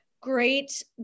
Great